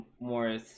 more